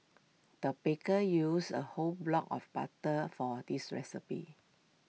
the baker used A whole block of butter for this recipe